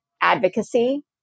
advocacy